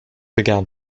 began